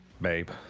babe